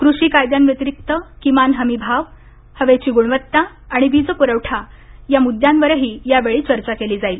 कृषी कायद्यांव्यतिरिक्त किमान हमी भाव हवेची गुणवत्ता आणि वीजपुरवठा या मुद्यांवरही यावेळी चर्चा केली जाईल